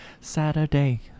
saturday